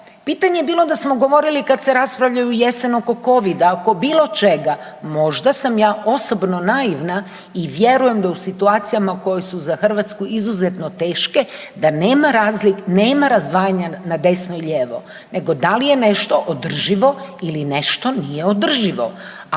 Pitanje je bilo da smo govorili kad se raspravlja jesen oko COVID-a, oko bilo čega, možda sam ja osobno naivna i vjerujem da u situacijama koje su za Hrvatsku izuzetno teške, da nema razdvajanja na desno i lijevo nego da li je nešto održivo ili nešto nije održivo,